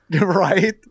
Right